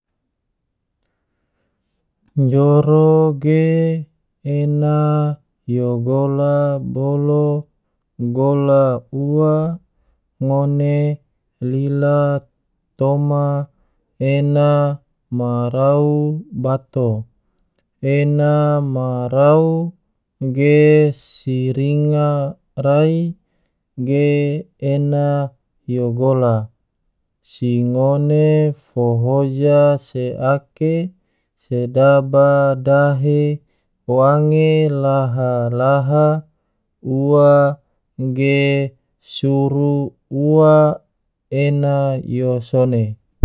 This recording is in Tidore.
Joro ge ena yo gola bolo gola ua, ngone lila toma ena ma rau bato, ena ma rau ge si ringa rai ge ena yo gola, si ngone fo hoja se ake sedaba dahe wange laha-laha ua ge suru ua ena yo sone.